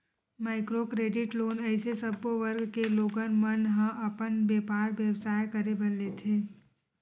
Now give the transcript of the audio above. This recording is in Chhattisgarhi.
माइक्रो क्रेडिट लोन अइसे सब्बो वर्ग के लोगन मन ह अपन बेपार बेवसाय करे बर लेथे